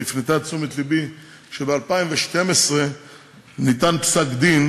הפנתה את תשומת לבי שב-2012 ניתן פסק-דין,